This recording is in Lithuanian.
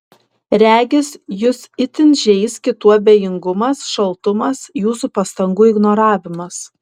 regis jus itin žeis kitų abejingumas šaltumas jūsų pastangų ignoravimas